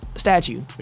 statue